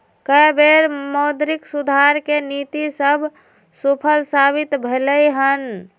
कय बेर मौद्रिक सुधार के नीति सभ सूफल साबित भेलइ हन